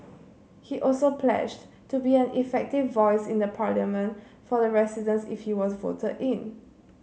he also pledged to be an effective voice in the Parliament for the residents if he was voted in